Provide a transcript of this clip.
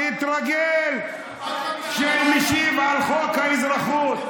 תתרגל לכך שאני משיב על חוק האזרחות,